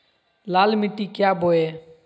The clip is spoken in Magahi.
लाल मिट्टी क्या बोए?